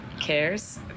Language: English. cares